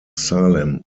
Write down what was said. salem